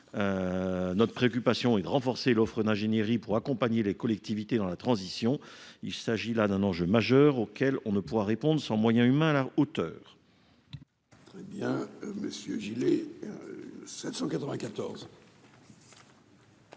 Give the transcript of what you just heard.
Notre préoccupation est de renforcer l'offre d'ingénierie pour accompagner les collectivités dans la transition écologique. Il s'agit là d'un enjeu majeur auquel on ne pourra répondre sans moyens humains à la hauteur.